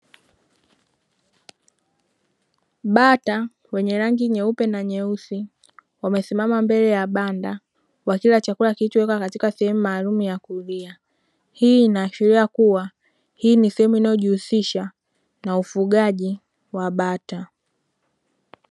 Bata wenye rangi nyeupe na nyeusi wamesimama mbele ya banda wa kila chakula kilichowekwa katika sehemu maalumu ya kulia, hii inaashiria kuwa hii ni sehemu inayojihusisha na ufugaji wa bata.